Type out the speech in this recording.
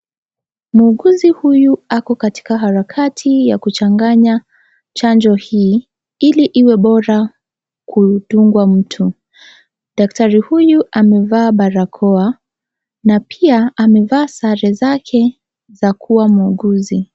Muuguzi huyu, ako katika harakati ya kuchanganya chanjo hii, ili kuwe bora kudungwa mtoto. Daktari huyu, amevaa barakoa na pia, amevaa sare zake za kuwa muuguzi.